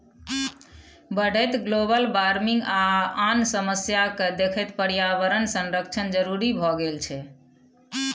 बढ़ैत global warming आ आन समस्या केँ देखैत पर्यावरण संरक्षण जरुरी भए गेल छै